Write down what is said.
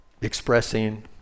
expressing